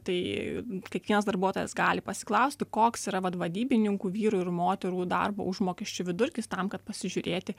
tai kiekvienas darbuotojas gali pasiklausti koks yra vat vadybininkų vyrų ir moterų darbo užmokesčio vidurkis tam kad pasižiūrėti